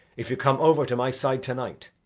if you come over to my side to-night.